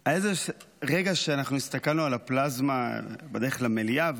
היה איזה רגע שהסתכלנו על הפלזמה בדרך למליאה,